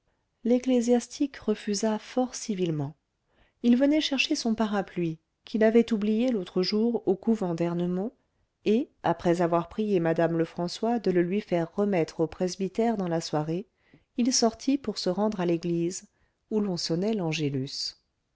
l'ecclésiastique refusa fort civilement il venait chercher son parapluie qu'il avait oublié l'autre jour au couvent d'ernemont et après avoir prié madame lefrançois de le lui faire remettre au presbytère dans la soirée il sortit pour se rendre à l'église où l'on sonnait l'angelus